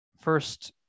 first